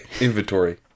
inventory